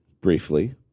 briefly